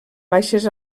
baixes